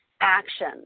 action